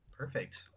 Perfect